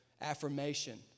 affirmation